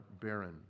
barren